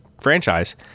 franchise